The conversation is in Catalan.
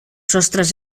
sostres